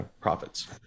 profits